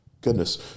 goodness